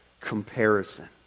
comparison